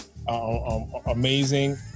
Amazing